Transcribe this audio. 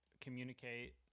communicate